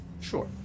Sure